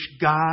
God